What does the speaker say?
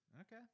Okay